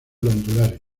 glandulares